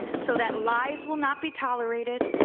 so that lies will not be tolerated.